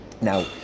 now